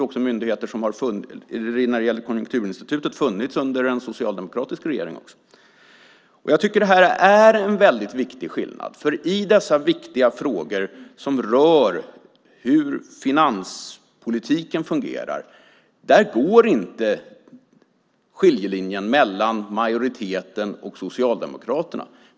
Konjunkturinstitutet har också funnits under en socialdemokratisk regering. Jag tycker att det här är en väldigt viktig skillnad, för i dessa viktiga frågor som rör hur finanspolitiken fungerar går inte skiljelinjen mellan majoriteten och Socialdemokraterna.